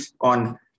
on